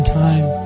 time